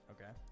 Okay